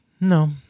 No